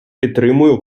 підтримую